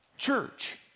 church